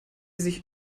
sich